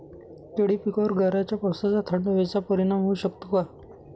केळी पिकावर गाराच्या पावसाचा, थंड हवेचा परिणाम होऊ शकतो का?